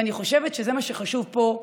ואני חושבת שזה מה שחשוב פה.